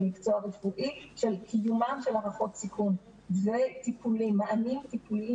של קיומם של הערכות סיכון ומענים טיפוליים